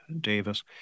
Davis